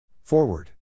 Forward